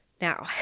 Now